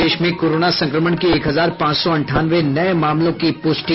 प्रदेश में कोरोना संक्रमण के एक हजार पांच सौ अंठानवे नये मामलों की पूष्टि